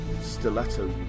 Stiletto